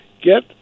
get